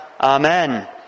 Amen